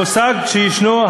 המוסד שישנו,